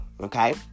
okay